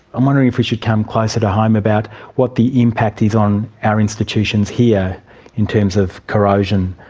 i'm wondering if we should come closer to home about what the impact is on our institutions here in terms of corrosion.